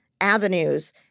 avenues